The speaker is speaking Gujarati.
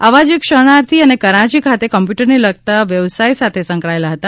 આવાજ એક શરણાર્થી અને કરાંચી ખાતે કોમ્પ્યૂટરને લગતી વ્યવસાય સાથે સંકળાયેલા હતા